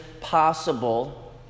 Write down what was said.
possible